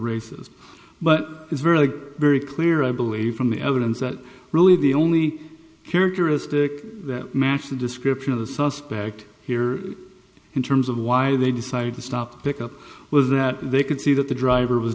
racist but it's very very clear i believe from the evidence that really the only characteristic that matched the description of the suspect here in terms of why they decided to stop pick up was that they could see that the driver was